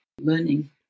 learning